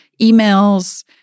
Emails